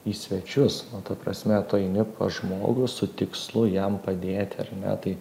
į svečius ta prasme tu eini pas žmogų su tikslu jam padėti ar ne tai